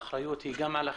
האחריות היא גם על החברה,